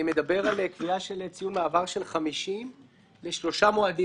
מדבר על קביעה של ציון מעבר של 50 לשלושה מועדים